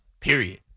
period